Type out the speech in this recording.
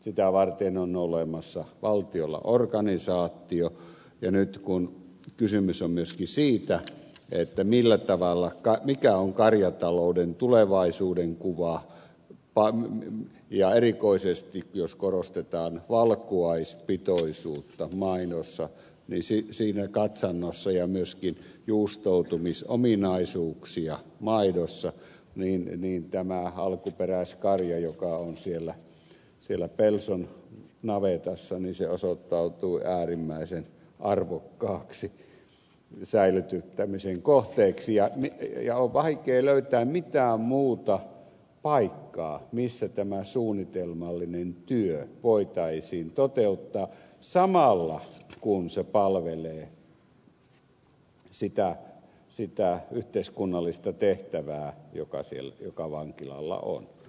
sitä varten on olemassa valtiolla organisaatio ja nyt kun kysymys on myöskin siitä mikä on karjatalouden tulevaisuuden kuva ja erikoisesti jos korostetaan valkuaispitoisuutta maidossa ja myöskin juustoutumisominaisuuksia maidossa niin siinä katsannossa tämä alkuperäiskarja joka on siellä pelson navetassa osoittautuu äärimmäisen arvokkaaksi säilytyttämisen kohteeksi ja on vaikea löytää mitään muuta paikkaa missä tämä suunnitelmallinen työ voitaisiin toteuttaa samalla kun se palvelee sitä yhteiskunnallista tehtävää joka vankilalla on